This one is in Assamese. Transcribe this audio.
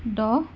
দহ